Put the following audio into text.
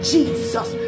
Jesus